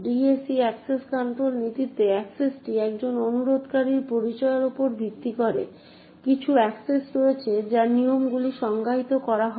DAC access control নীতিতে অ্যাক্সেসটি একজন অনুরোধকারীর পরিচয়ের উপর ভিত্তি করে কিছু অ্যাক্সেস রয়েছে যে নিয়মগুলি সংজ্ঞায়িত করা হয়